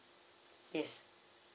yes